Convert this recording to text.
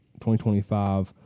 2025 –